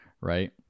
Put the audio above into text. Right